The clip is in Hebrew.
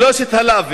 "שלושת הלאווים"